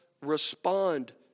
respond